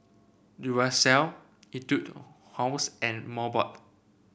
Duracell Etude House and Mobot